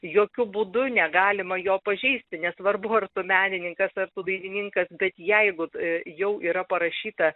jokiu būdu negalima jo pažeisti nesvarbu ar tu menininkas ar tu dainininkas bet jeigu jau yra parašyta